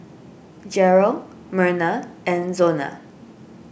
Jerrel Merna and Zona